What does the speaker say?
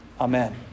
amen